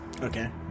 okay